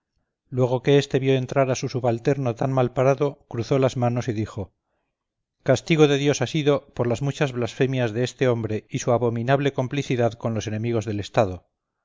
luego que este vio entrar a su subalterno tan mal parado cruzó las manos y dijo castigo de dios ha sido por las muchas blasfemias de este hombre y su abominable complicidad con los enemigos del estado